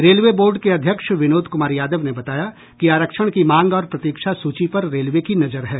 railway board के अध्यक्ष विनोद कुमार यादव ने बताया कि आरक्षण की मांग और प्रतीक्षा सूची पर रेलवे की नजर है